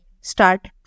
start